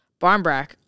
Barnbrack